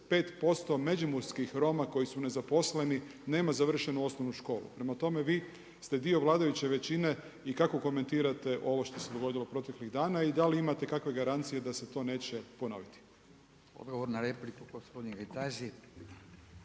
85% Međimurskih Roma, koji su nezaposleni, nema završenu osnovnu školu. Prema tome, vi ste dio vladajuće većine i kako komentirate ovo što se dogodilo proteklih dana i da li imate kakve garancije da se to neće ponovit? **Radin, Furio